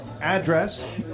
Address